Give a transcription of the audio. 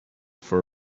for